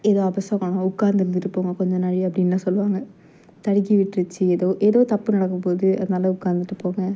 ஏதோ அபசகுணம் உட்காந்து இருந்துவிட்டு போங்க கொஞ்சம் நாழி அப்படின்லாம் சொல்லுவாங்க தடுக்கி விட்டுருச்சு ஏதோ ஏதோ தப்பு நடக்கபோகுது அதனால உட்காந்துட்டு போங்க